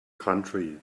country